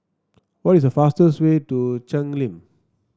what is the fastest way to Cheng Lim